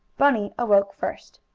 bunny awoke first.